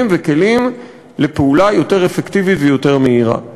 וכלים לפעולה יותר אפקטיבית ויותר מהירה.